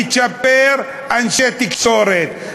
לצ'פר אנשי תקשורת,